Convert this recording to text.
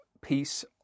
piece